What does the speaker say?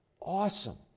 awesome